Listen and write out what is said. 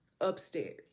upstairs